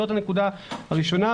זאת הנקודה הראשונה.